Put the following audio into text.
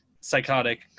psychotic